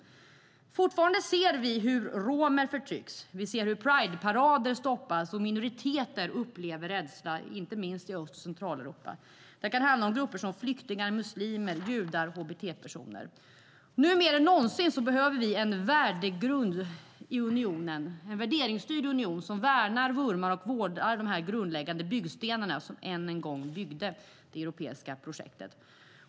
Fortfarande ser vi hur romer förtrycks. Vi ser hur Prideparader stoppas, och vi ser hur minoriteter upplever rädsla, inte minst i Öst och Centraleuropa. Det kan handla om grupper som flyktingar, muslimer, judar och hbt-personer. Nu mer än någonsin behöver vi en värdegrund i unionen - en värderingsstyrd union som värnar, vurmar och vårdar de grundläggande byggstenar som en gång byggde det europeiska projektet.